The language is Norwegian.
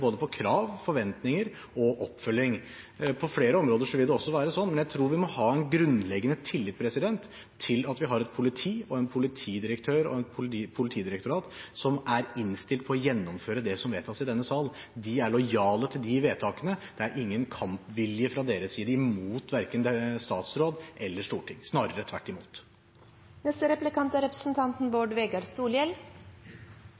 både krav, forventninger og oppfølging. På flere områder vil det være slik. Men jeg tror vi må ha en grunnleggende tillit til at vi har et politi, en politidirektør og et politidirektorat som er innstilt på å gjennomføre det som vedtas i denne sal. De er lojale mot de vedtakene. Det er ingen kampvilje fra deres side mot verken statsråd eller storting, snarere tvert imot. Eg klarer ikkje la vere å kommentere det korte svaret Anundsen gav til representanten